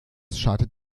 schadet